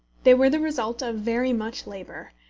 they were the result of very much labour,